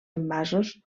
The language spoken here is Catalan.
envasos